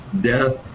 death